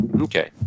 Okay